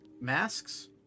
Masks